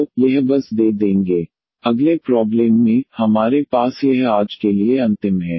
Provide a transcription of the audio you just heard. तो यह बस दे देंगे अगले प्रॉब्लेम में हमारे पास यह आज के लिए अंतिम है